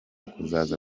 kuzaza